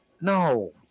no